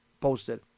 posted